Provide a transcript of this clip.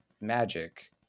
magic